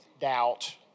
doubt